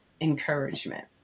encouragement